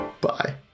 Bye